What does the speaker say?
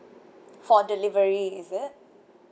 for delivery is it